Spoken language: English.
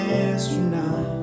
astronaut